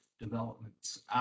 developments